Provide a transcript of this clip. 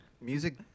music